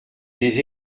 des